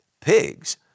Pigs